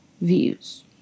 views